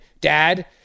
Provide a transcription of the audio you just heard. Dad